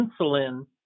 insulin